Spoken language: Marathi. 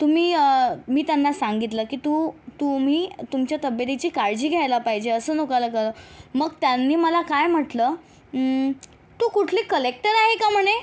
तुम्ही मी त्यांना सांगितलं की तू तुम्ही तुमच्या तब्येतीची काळजी घ्यायला पाहिजे असं नका ना करू मग त्यांनी मला काय म्हटलं तू कुठली कलेक्टर आहे का म्हणे